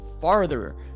farther